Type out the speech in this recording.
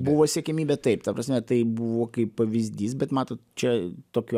buvo siekiamybė taip ta prasme tai buvo kaip pavyzdys bet matot čia tokiu